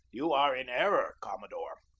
you are in error, commodore,